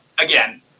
again